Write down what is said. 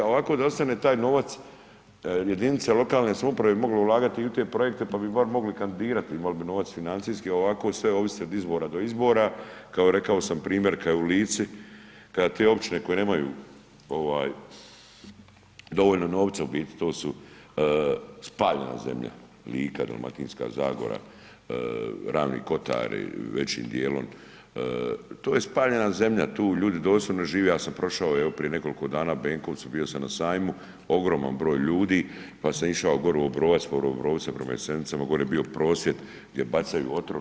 A ovako da ostane taj novac jedinice lokalne samouprave bi mogle ulagati u te projekte pa bi bar mogli kandidirati, imali bi novac financijski, ovako sve ovisi od izbora do izbora, kao, rekao sam primjer kao u Lici, kad ti općine koje nemaju dovoljno novca u biti, to su spaljena zemlja, Lika, Dalmatinska zagora, Ravni kotari većim dijelom, to je spaljena zemlja, tu ljudi doslovno žive, ja sam prošao evo prije nekoliko dana Benkovcem, bio sam na sajmu, ogroman broj ljudi, pa sam išao gore u Obrovac, pored Obrovca prema Jesenicama, gore bio prosvjed gdje bacaju otrov.